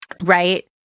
right